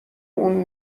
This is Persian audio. اون